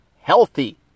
healthy